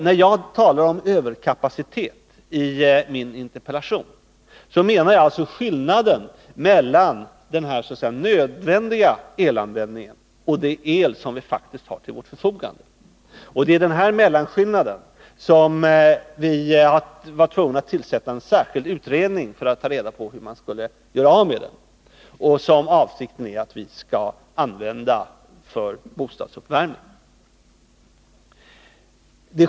När jag i min interpellation talar om överkapacitet menar jag skillnaden mellan den nödvändiga elanvändningen och den el som vi faktiskt har till vårt förfogande. Det var för att ta reda på hur man skulle göra med den här mellanskillnaden som vi var tvungna att tillsätta en särskild utredning. Avsikten är att vi skall använda denna el för bostadsuppvärmning.